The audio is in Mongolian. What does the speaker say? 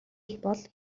бол